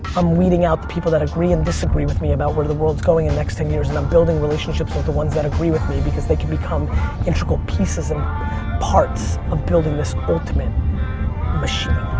i'm weeding out the people that agree and disagree with me about where the world is going in the next ten years and i'm building relationships with the ones that agree with me because they can become integral pieces and parts of building this ultimate machine.